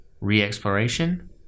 re-exploration